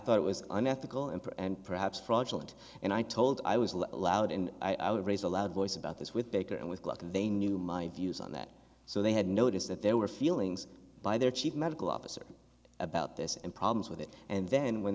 thought it was unethical and for and perhaps fraudulent and i told i was allowed in i would raise a loud voice about this with baker and with luck they knew my views on that so they had noticed that there were feelings by their chief medical officer about this and problems with it and then when